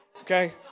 okay